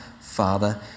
father